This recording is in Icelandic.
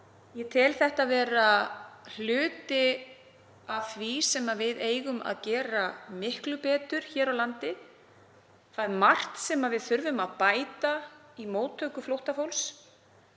Ég tel þetta vera hluta af því sem við eigum að gera miklu betur hér á landi. Það er margt sem við þurfum að bæta í móttöku flóttafólks.